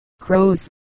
crows